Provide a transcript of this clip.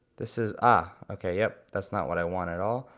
this is, ah okay, yep, that's not what i want at all,